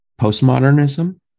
postmodernism